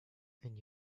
and